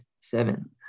seven